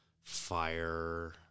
fire